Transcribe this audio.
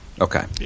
Okay